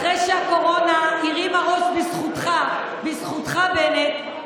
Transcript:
אחרי שהקורונה הרימה ראש בזכותך, בזכותך, בנט,